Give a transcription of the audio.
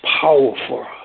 powerful